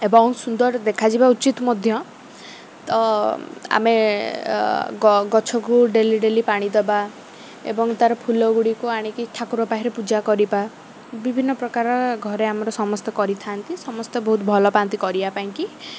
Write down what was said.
ଏବଂ ସୁନ୍ଦର ଦେଖାଯିବା ଉଚିତ ମଧ୍ୟ ତ ଆମେ ଗଛକୁ ଡେଲି ଡେଲି ପାଣି ଦବା ଏବଂ ତା'ର ଫୁଲ ଗୁଡ଼ିକୁ ଆଣିକି ଠାକୁର ପାଖରେ ପୂଜା କରିବା ବିଭିନ୍ନ ପ୍ରକାର ଘରେ ଆମର ସମସ୍ତେ କରିଥାନ୍ତି ସମସ୍ତେ ବହୁତ ଭଲ ପାଆନ୍ତି କରିବା ପାଇଁକି